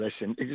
listen